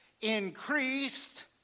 increased